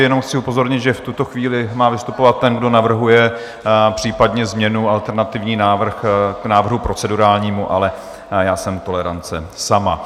Jenom chci upozornit, že v tuto chvíli má vystupovat ten, kdo navrhuje případně změnu, alternativní návrh k návrhu procedurální, ale já jsem tolerance sama.